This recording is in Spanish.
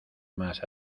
más